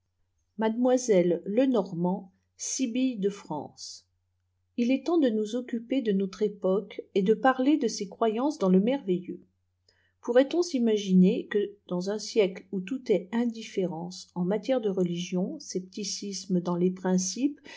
mademoiselle lenormant sibylle de france il est temps de nous occuper de notre époque et de parler de ses croyances dans le merveilleux pourrait-on s'imaginer que dans un siècle où tout est indifférence çn matière de religion scepticisme dans les principes